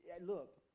look